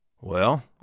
Well